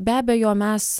be abejo mes